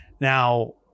now